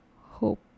hope